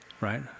right